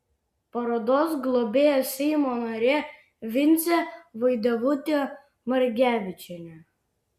parodos globėja seimo narė vincė vaidevutė margevičienė